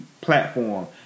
platform